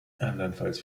andernfalls